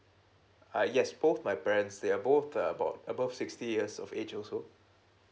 ah yes both my parents they're both about above sixty years of age also